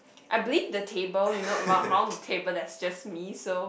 I believe the table you know a round round table that is just me so